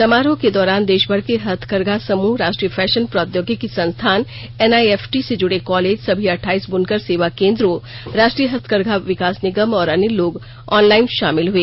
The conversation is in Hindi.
समारोह के दौरान देशभर के हथकरघा समूह राष्ट्रीय फैशन प्रौद्योगिकी संस्थान एनआईएफटी से जुड़े कॉलेज सभी अठाइस ब्रनकर सेवा केन्द्रों राष्ट्रीय हस्तकरघा विकास निगम और अन्य लोग ऑनलाइन शामिल हए